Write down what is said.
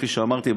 כפי שאמרתי,